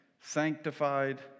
sanctified